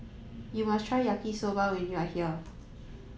you must try Yaki Soba when you are here